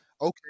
Okay